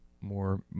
more